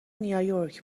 نییورک